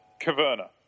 Caverna